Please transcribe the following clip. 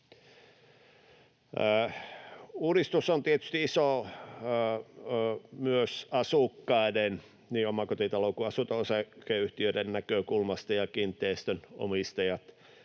Uudistus on tietysti iso myös asukkaiden, niin omakotitalo- kuin asunto-osakeyhtiöiden asukkaiden, näkökulmasta, ja kiinteistön omistajat,